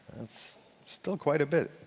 that's still quite a bit.